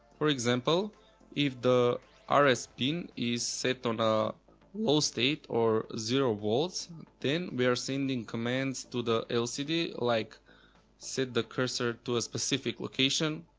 for example if the rs ah so pin is set on a low state or zero volts then we are sending commands to the lcd like set the cursor to a specific location,